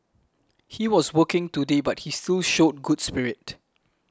he was working today but he still showed good spirit